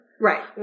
Right